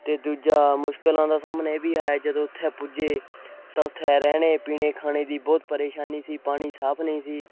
ਅਤੇ ਦੂਜਾ ਮੁਸ਼ਕਲਾਂ ਦਾ ਸਾਹਮਣੇ ਇਹ ਵੀ ਆਇਆ ਜਦੋਂ ਉੱਥੇ ਪੁੱਜੇ ਤਾਂ ਉੱਥੇ ਰਹਿਣੇ ਪੀਣੇ ਖਾਣੇ ਦੀ ਬਹੁਤ ਪਰੇਸ਼ਾਨੀ ਸੀ ਪਾਣੀ ਸਾਫ਼ ਨਹੀਂ ਸੀ